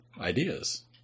ideas